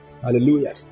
Hallelujah